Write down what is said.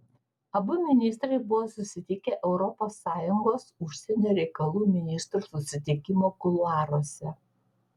abu ministrai buvo susitikę europos sąjungos užsienio reikalų ministrų susitikimo kuluaruose